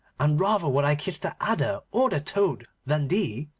and rather would i kiss the adder or the toad than thee